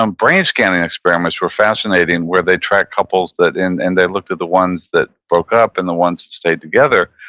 um brain-scanning experiments were fascinating where they track couples, and and they looked at the ones that broke up and the ones that stayed together.